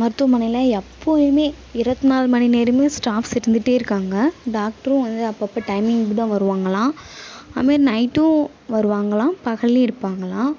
மருத்துவமனையில் எப்பொழுதுமே இருவத்தி நாலு மணி நேரமும் ஸ்டாஃப்ஸ் இருந்துகிட்டே இருக்காங்க டாக்டரும் வந்து அப்பப்போ டைமிங் தான் வருவாங்களாம் அதுமாரி நைட்டும் வருவாங்களாம் பகல்லேயும் இருப்பாங்களாம்